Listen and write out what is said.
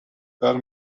per